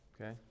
okay